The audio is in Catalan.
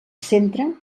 centre